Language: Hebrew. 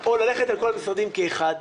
או ללכת על כל המשרדים כיחד.